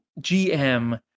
GM